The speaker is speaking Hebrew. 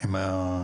עם יד על הדופק.